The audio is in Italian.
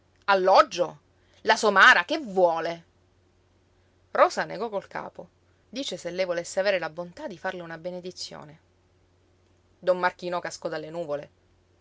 alloggio la somara che vuole rosa negò col capo dice se lei volesse avere la bontà di farle una benedizione don marchino cascò dalle nuvole